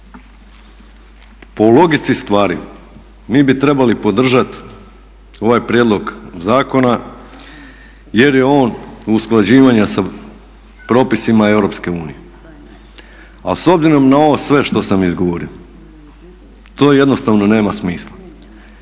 po logici stvari mi bi trebali podržati ovaj prijedlog zakona jer je on usklađivanje sa propisima EU. A s obzirom na ovo sve što sam izgovorio to jednostavno nema smisla.